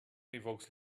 evokes